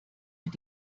mit